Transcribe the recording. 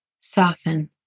soften